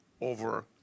over